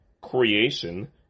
creation